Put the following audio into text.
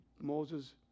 Moses